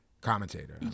Commentator